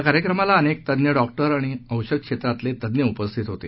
या कार्यक्रमाला अनेक तज्ञ डॉक्टर आणि औषध क्षेत्रातले तज्ञ उपस्थित होते